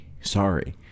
Sorry